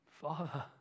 Father